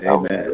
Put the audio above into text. Amen